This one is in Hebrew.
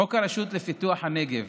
חוק הרשות לפיתוח הנגב